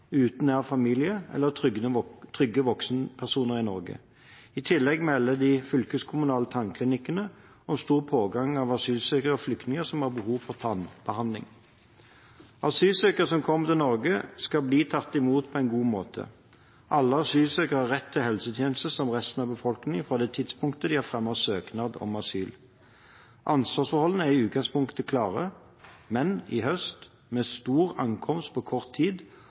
familie eller trygge voksenpersoner i Norge. I tillegg melder de fylkeskommunale tannklinikkene om stor pågang av asylsøkere og flyktninger som har behov for tannbehandling. Asylsøkere som kommer til Norge, skal bli tatt imot på en god måte. Alle asylsøkerne har rett til helsetjenester som resten av befolkingen fra det tidspunktet de har fremmet søknad om asyl. Ansvarsforholdene er i utgangspunktet klare, men i høst – med stor ankomst på kort tid